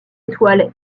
étoile